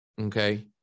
okay